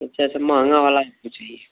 अच्छा से महँगा वाला इनको चाहिए